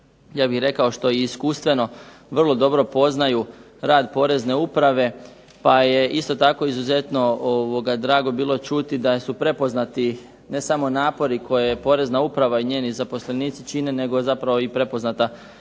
ja bih rekao što iskustveno vrlo dobro poznaju rad POrezne uprave, pa je izuzetno drago bilo čuti da su prepoznati ne samo napori koje je Porezna uprava i njeni zaposlenici čine, nego je prepoznata i